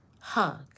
hug